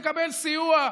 מבקש לקבל סיוע,